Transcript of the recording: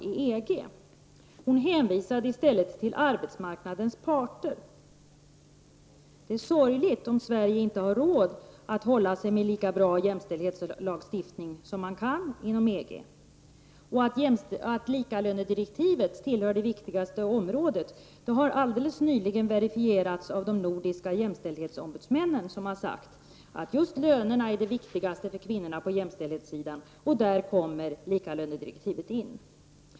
Statsrådet hänvisade i stället till arbetsmarknadens parter. Det är sorgligt om Sverige inte har råd att hålla sig med lika bra jämställdhetslagstiftning som inom EG. Att likalönedirektivet tillhör det viktigaste området har alldeles nyligen verifierats av de nordiska jämställdhetsombudsmännen. De har sagt att just lönerna är det viktigaste för kvinnorna på jämställdhetssidan, och där kommer likalönedirektivet in.